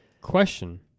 question